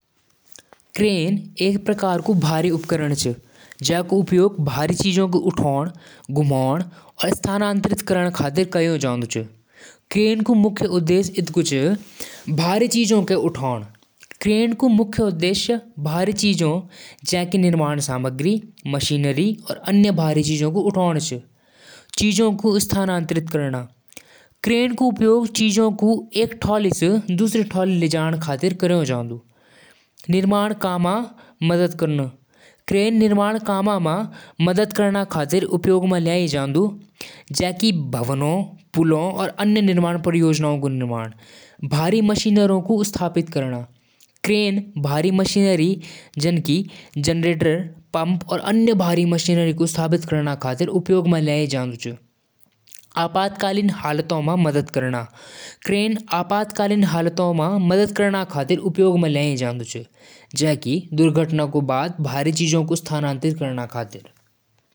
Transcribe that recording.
Washing machine एक machine होली जैं म कपड़ा धोणु बहुत आसान होलु। यो मशीन म कपड़ा और पानी सँग साबुन डालदु। मशीन अंदर घूमण वालु ड्रम कपड़ा घुमादु और धुलाई करदु। बाद म यो पानी निकालदु और कपड़ा निचोड़दु। यो माणस का मेहनत बचादु।